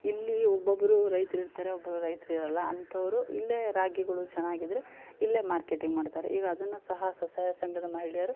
ಇಲ್ಲಿ ಒಬ್ಬೊಬ್ಬರು ರೈತ್ರು ಇರ್ತಾರೆ ಒಬ್ಬರು ರೈತ್ರು ಇರೋಲ್ಲ ಅಂಥವರು ಇಲ್ಲೇ ರಾಗಿಗಳು ಚೆನ್ನಾಗಿದ್ರೆ ಇಲ್ಲೇ ಮಾರ್ಕೆಟಿಂಗ್ ಮಾಡ್ತಾರೆ ಈಗ ಅದನ್ನು ಸಹ ಸ್ವಸಹಾಯ ಸಂಘದ ಮಹಿಳೆಯರು